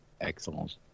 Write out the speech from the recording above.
Excellent